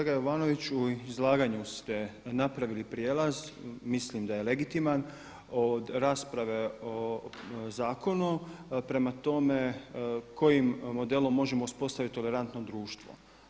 Kolega Jovanoviću u izlaganju ste napravili prijelaz, mislim da je legitiman od rasprave o zakonu prema tome kojim modelom možemo uspostaviti tolerantno društvo.